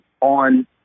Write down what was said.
on